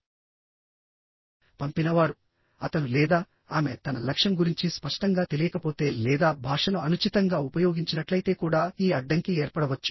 పంపినవారు అతను లేదా ఆమె తన లక్ష్యం గురించి స్పష్టంగా తెలియకపోతే లేదా భాషను అనుచితంగా ఉపయోగించినట్లయితే కూడా ఈ అడ్డంకి ఏర్పడవచ్చు